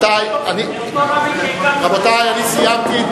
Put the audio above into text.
אותו רבין שהכרנו, רבותי, אני סיימתי.